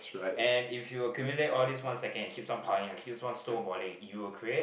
and if you accumulate all these one second it keeps on piling keeps on snowballing it will create